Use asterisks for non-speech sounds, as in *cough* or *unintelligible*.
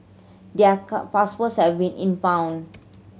their *unintelligible* passports have been impounded